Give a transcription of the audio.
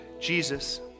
Jesus